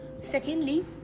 Secondly